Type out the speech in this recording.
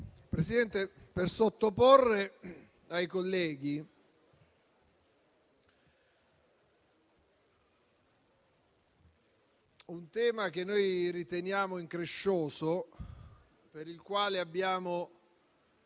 intervengo per sottoporre ai colleghi un tema che noi riteniamo increscioso, per il quale abbiamo